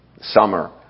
summer